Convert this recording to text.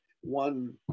one